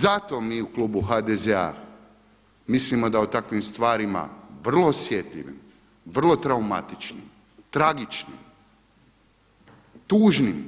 Zato mi u klubu HDZ-a mislimo da o takvim stvarima, vrlo osjetljivim, vrlo traumatičnim, tragičnim, tužnim